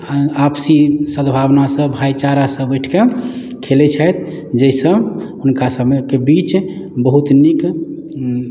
आपसी सद्भावनासँ भाइचारासँ बैठि कऽ खेलैत छथि जाहिसँ हुनकासभमे के बीच बहुत नीक